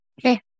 Okay